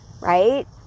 right